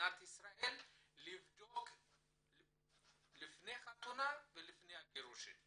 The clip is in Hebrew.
במדינת ישראל לבדוק לפני חתונה ולפני הגירושין?